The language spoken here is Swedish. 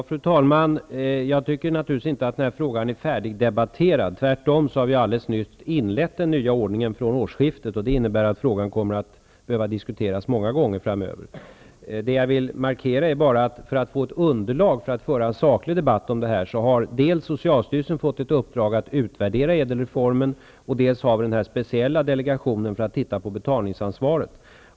Fru talman! Jag tycker naturligtvis inte att den här frågan är färdigdebatterad. Tvärtom har vi inlett den nya ordningen från årsskiftet. Det innebär att frågan kommer att behöva diskuteras många gånger framöver. Det jag vill markera är bara att för att vi skall få ett underlag till en saklig debatt har dels socialstyrelsen fått i uppdrag att utvärdera ÄDEL-reformen, dels har vi specialdelegationen som skall titta på betalningsansvaret.